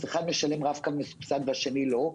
אז אחד משלם רב קו והשני לא,